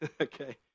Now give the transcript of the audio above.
Okay